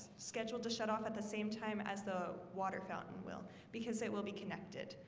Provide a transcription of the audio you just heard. scheduled to shut off at the same time as the water fountain will because they will be connected,